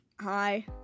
hi